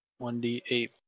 1d8